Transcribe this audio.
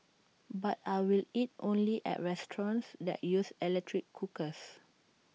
but I will eat only at restaurants that use electric cookers